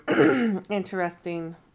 Interesting